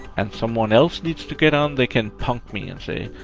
and someone else needs to get on, they can punk me and say,